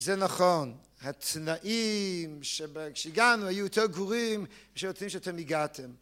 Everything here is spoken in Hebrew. זה נכון, התנאים כשהגענו היו יותר גרועים מהתנאים שאתם הגעתם